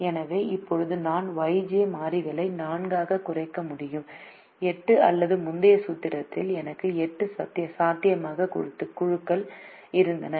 எனவே இப்போது நான் Yj மாறிகளை 4 ஆகக் குறைக்க முடியும் 8 அல்ல முந்தைய சூத்திரத்தில் எனக்கு 8 சாத்தியமான குழுக்கள் இருந்தன